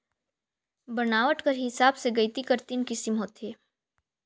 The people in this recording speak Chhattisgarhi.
बनावट कर हिसाब ले गइती कर तीन किसिम होथे